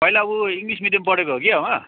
पहिला ऊ English medium पढेको हो कि अब